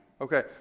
Okay